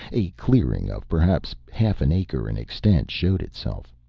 a clearing of perhaps half an acre in extent showed itself.